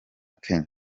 kenya